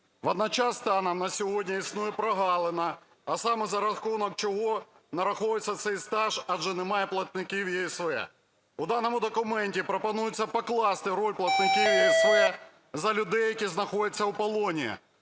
Водночас станом на сьогодні існує прогалина, а саме за рахунок чого нараховується цей стаж, адже немає платників ЄСВ. У даному документі пропонується покласти роль платників ЄСВ за людей, які знаходяться у полоні,